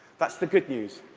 that's the good news.